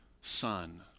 son